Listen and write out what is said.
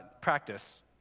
practice